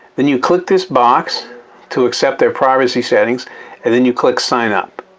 then you click this box to accept their privacy settings and then you click sign up.